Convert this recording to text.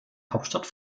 hauptstadt